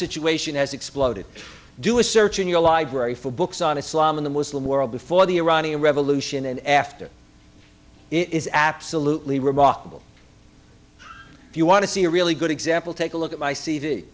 situation has exploded do a search in your library for books on islam in the muslim world before the iranian revolution and after it is absolutely remarkable if you want to see a really good example take a look at my c